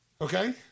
Okay